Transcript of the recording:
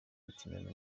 gukinira